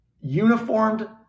uniformed